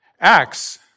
Acts